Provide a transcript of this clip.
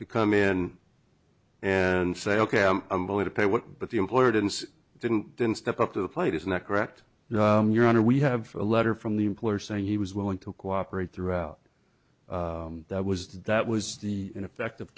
to come in and say ok i'm willing to pay what but the employer didn't didn't didn't step up to the plate isn't that correct your honor we have a letter from the employer saying he was willing to cooperate throughout that was that was the ineffective